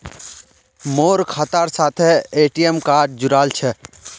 मोर खातार साथे ए.टी.एम कार्ड जुड़ाल छह